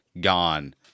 Gone